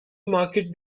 market